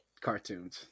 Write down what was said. cartoons